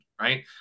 right